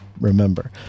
remember